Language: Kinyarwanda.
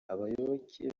abayoboke